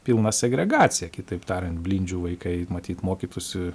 pilną segregaciją kitaip tariant blindžių vaikai matyt mokytųsi